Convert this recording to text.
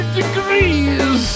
degrees